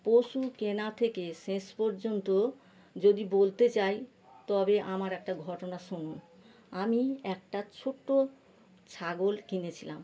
পশু কেনা থেকে শেষ পর্যন্ত যদি বলতে চাই তবে আমার একটা ঘটনা শুনুন আমি একটা ছোট্টো ছাগল কিনেছিলাম